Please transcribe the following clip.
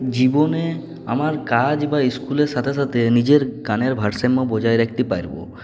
জীবনে আমার কাজ বা ইস্কুলের সাথে সাথে নিজের গানের ভারসাম্য বজায় রাখতে পারবো